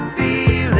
a